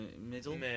Middle